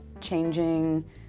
changing